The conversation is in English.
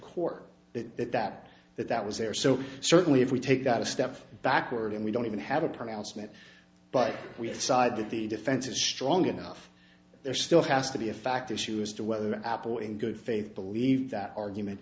court that that that that that was there so certainly if we take that a step backward and we don't even have a pronouncement but we decide that the defense is strong enough there still has to be a fact issue as to whether apple in good faith believe that argument